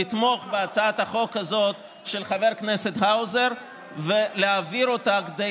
לתמוך בהצעת החוק הזאת של חבר הכנסת האוזר ולהעביר אותה כדי